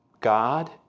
God